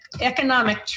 economic